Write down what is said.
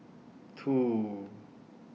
two